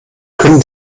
können